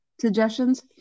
suggestions